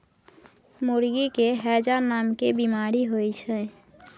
मुर्गी के हैजा नामके बेमारी होइ छै